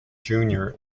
junior